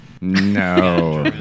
No